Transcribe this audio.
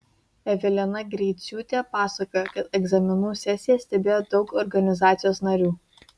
evelina greiciūtė pasakojo kad egzaminų sesiją stebėjo daug organizacijos narių